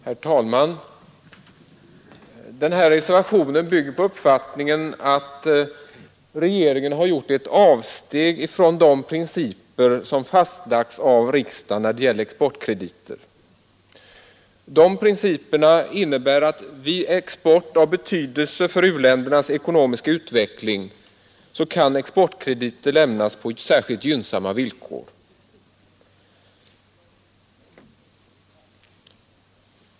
Herr talman! Den här reservationen bygger på uppfattningen att regeringen har gjort ett avsteg från de principer som fastlagts i riksdagen när det gäller exportkrediter. Dessa principer innebär att vid export av betydelse för u-ländernas ekonomiska utveckling kan exportkrediter lämnas på särskilt gynnsamma villkor.